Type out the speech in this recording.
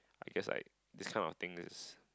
I guess like this kind of things is